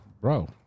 Bro